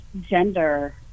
gender